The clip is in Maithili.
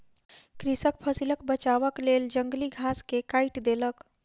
कृषक फसिलक बचावक लेल जंगली घास के काइट देलक